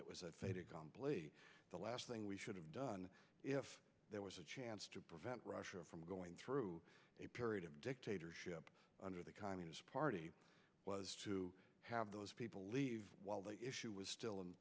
it was a fait accompli the last thing we should have done if there was a chance prevent russia from going through a period of dictatorship under the communist party was to have those people leave while the issue was still in